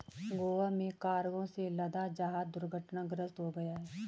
गोवा में कार्गो से लदा जहाज दुर्घटनाग्रस्त हो गया